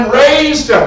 raised